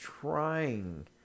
trying